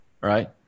Right